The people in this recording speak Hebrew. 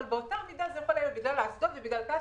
אבל באותה מידה זה יכול היה להיות בגלל האסדות ובגלל קצא"א,